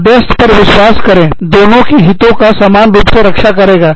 मध्यस्थ पर विश्वास करें दोनों की हितों की समान रूप से रक्षा करेगा